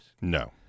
No